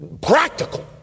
practical